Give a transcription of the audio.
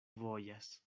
vojas